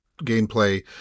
gameplay